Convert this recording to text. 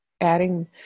adding